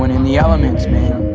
in the elements man.